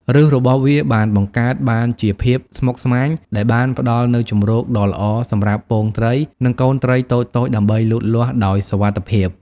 ឫសរបស់វាបានបង្កើតបានជាភាពស្មុគស្មាញដែលបានផ្តល់នូវជម្រកដ៏ល្អសម្រាប់ពងត្រី និងកូនត្រីតូចៗ ដើម្បីលូតលាស់ដោយសុវត្ថិភាព។